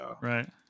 Right